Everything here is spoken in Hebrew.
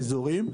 האזורים,